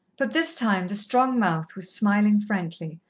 but this time the strong mouth was smiling frankly,